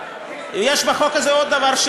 יש בחוק הזה עוד דבר,